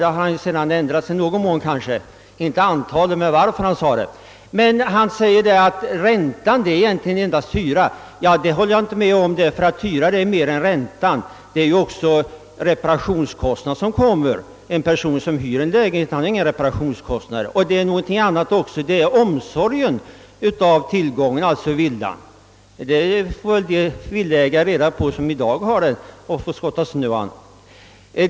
Sedan har han kanske i någon mån ändrat sig, inte beträffande beloppet men i fråga om motiveringen. Herr Brandt sade att ränta är egentligen endast hyra, men jag kan inte hålla med om detta, ty villaägarens hyra är inte bara räntan. Reparationskostnader tillkommer också. En person som hyr en lägenhet har inga reparationskostnader. Villaägaren har dessutom omsorgen om villan. Det känner väl villaägare till i dag när de får skotta snö m.m.